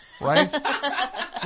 right